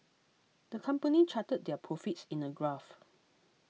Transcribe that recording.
the company charted their profits in a graph